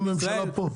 הנה, הממשלה פה.